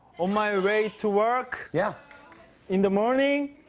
on my way to work yeah in the morning,